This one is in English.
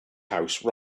house